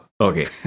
Okay